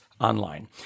online